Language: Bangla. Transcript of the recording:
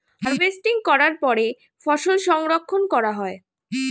হার্ভেস্টিং করার পরে ফসল সংরক্ষণ করা হয়